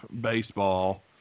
baseball